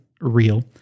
real